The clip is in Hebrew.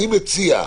אני מציע,